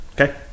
Okay